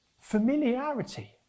Familiarity